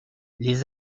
les